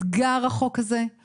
החוק הזה הוא אתגר.